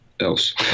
else